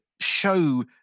show